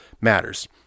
matters